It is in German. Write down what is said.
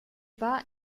war